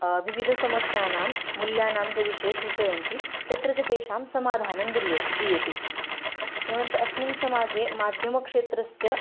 विविधसमस्यानां मूल्यानां च विषये सूचयन्ति तत्र च तेषां समाधानं दीयते दीयते एवञ्च अस्मिन् समाजे माध्यमक्षेत्रस्य